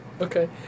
Okay